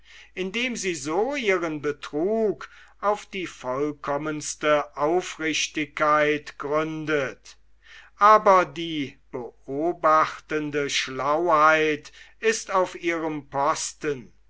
indem sie so ihren betrug auf die vollkommenste aufrichtigkeit gründet aber die beobachtende schlauheit ist auf ihrem posten